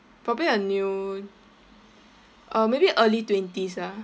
probably a new uh maybe early twenties ah